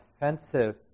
offensive